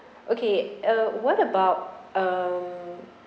okay uh what about um